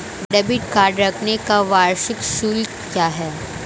Debit card रखने का वार्षिक शुल्क क्या है?